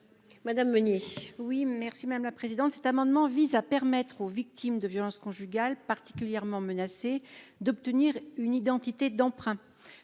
parole est à Mme Michelle Meunier. Cet amendement vise à permettre aux victimes de violences conjugales particulièrement menacées d'obtenir une identité d'emprunt.